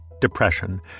depression